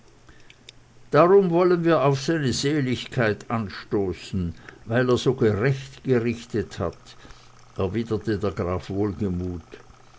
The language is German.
drum wollen wir auf seine seligkeit anstoßen weil er so gerecht gerichtet hat erwiderte der graf wohlgemut